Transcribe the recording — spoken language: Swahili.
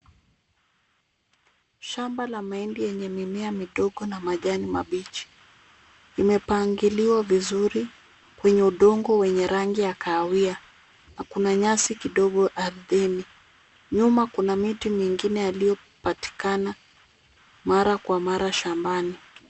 Shamba la mahindi yenye mimea midogo na majani mabichi. Imepangiliwa vizuri kwenye udongo wenye rangi ya kahawia na kuna nyasi kidogo ardhini. Nyuma kuna miti mingine yaliyopatikana mara kwa mara shambani.